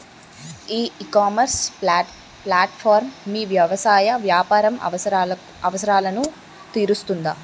ఈ ecommerce platform మీ వ్యవసాయ వ్యాపార అవసరాలను తీరుస్తుందా?